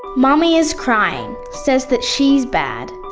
mummy is crying, says that she's bad.